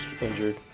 injured